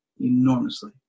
enormously